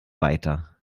weiter